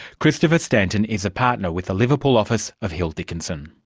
christopher stanton is a partner with the liverpool office of hill dickinson.